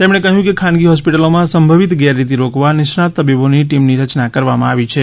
તેમણે કહ્યું કે ખાનગી હોસ્પીટલોમાં સંભવીત ગેરરીતી રોકવા નિષ્ણાંત તબીબોની ટીમની રચના કરવામાં આવી છે